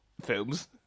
films